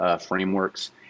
frameworks